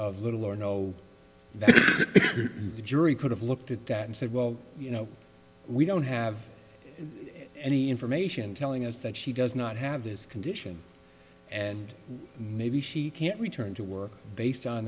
work was of little or no that the jury could have looked at that and said well you know we don't have any information telling us that she does not have this condition and maybe she can't return to work based on